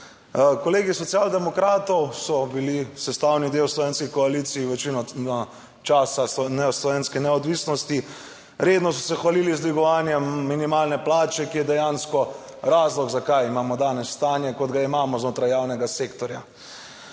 Kolegi iz Socialdemokratov so bili sestavni del slovenskih koaliciji večino časa slovenske neodvisnosti. Redno so se hvalili z dvigovanjem minimalne plače, ki je dejansko razlog, zakaj imamo danes stanje, kot ga imamo znotraj javnega sektorja.